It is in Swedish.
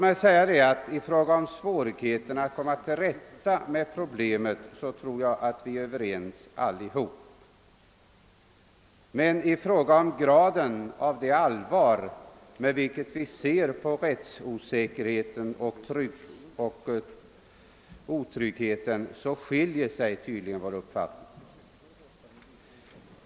I fråga om svårigheten att komma till rätta med problemet tror jag vi alla är överens, men i fråga om graden av det allvar med vilket vi ser på rättsosäkerheten och otryggheten skiljer sig tydligen våra uppfattningar.